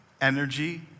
energy